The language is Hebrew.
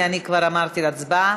כי אני כבר אמרתי "הצבעה".